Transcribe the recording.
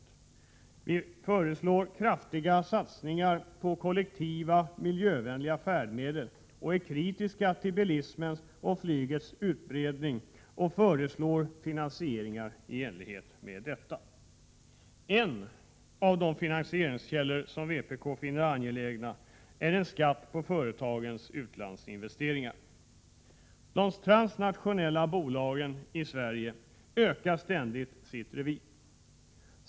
Vi föreslår kraftiga satsningar på kollektiva miljövänliga färdmedel och är kritiska till bilismens och flygets utbredning, och vi föreslår finansieringar i enlighet med detta. En av de finansieringskällor som vpk finner angelägna är en skatt på företagens utlandsinvesteringar. De transnationella bolagen i Sverige ökar ständigt sitt revir.